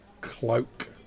cloak